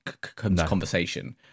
conversation